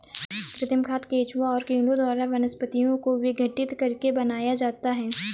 कृमि खाद केंचुआ और कीड़ों द्वारा वनस्पतियों को विघटित करके बनाया जाता है